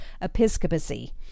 episcopacy